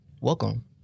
welcome